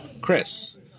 Chris